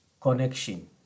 connection